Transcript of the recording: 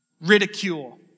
Ridicule